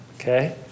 Okay